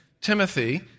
Timothy